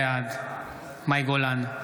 בעד מאי גולן,